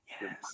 Yes